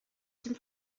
dem